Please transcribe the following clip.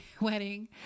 wedding